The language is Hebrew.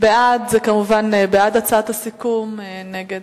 בעד זה כמובן בעד הצעת הסיכום, נגד